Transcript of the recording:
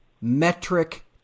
metric